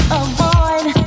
avoid